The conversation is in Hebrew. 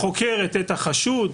המשטרה חוקרת את החשוד,